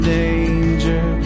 danger